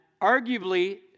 arguably